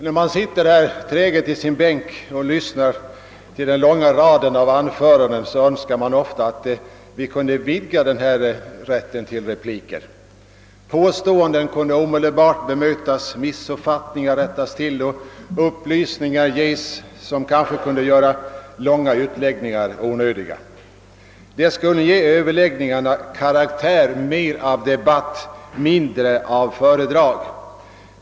När man sitter här träget i sin bänk och lyssnar till den långa raden av anföranden, önskar man ofta att vi kunde vidga rätten till replik. Påståenden kunde omedelbart bemötas, missuppfattningar rättas till och upplysningar ges, som kanske kunde göra långa utläggningar onödiga. Det skulle ge överlägngingarna karaktär mer av debatt, mindre av föredrag.